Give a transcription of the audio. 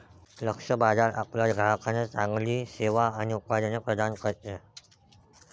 लक्ष्य बाजार आपल्या ग्राहकांना चांगली सेवा आणि उत्पादने प्रदान करते